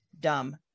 dumb